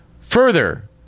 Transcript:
further